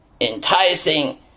enticing